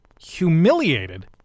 humiliated